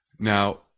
Now